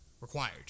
Required